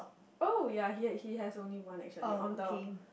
oh you are he he has only one actually on the